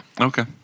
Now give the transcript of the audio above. Okay